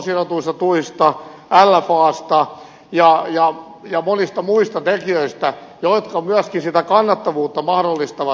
täällä on jo puhuttu tuotantoon sidotuista tuista lfasta ja monista muista tekijöistä jotka myöskin sen kannattavuuden parantamisen mahdollistavat